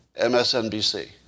MSNBC